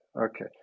Okay